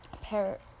parrot